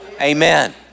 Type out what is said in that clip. Amen